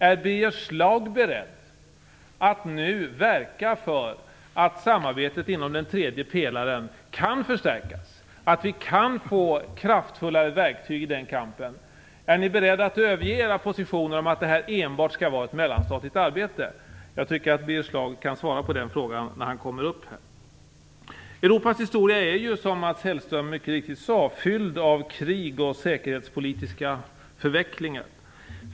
Är Birger Schlaug beredd att nu verka för att samarbetet inom den tredje pelaren skall kunna stärkas, så att vi kan få kraftfullare verktyg i kampen? Är ni beredda att överge era positioner, att detta enbart skall vara ett mellanstatligt arbete? Jag tycker att Birger Schlaug skall svara på den frågan i sitt nästa inlägg. Europas historia är ju, som Mats Hellström mycket riktigt sade, fylld av krig och säkerhetspolitiska förvecklingar.